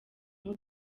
nk’u